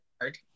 hard